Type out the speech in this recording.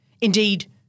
Indeed